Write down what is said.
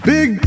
Big